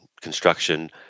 construction